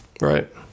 Right